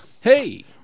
Hey